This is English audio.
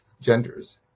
genders